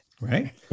right